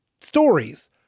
stories